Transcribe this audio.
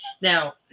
Now